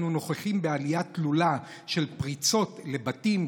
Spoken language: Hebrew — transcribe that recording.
אנו נוכחים בעלייה תלולה של פריצות לבתים,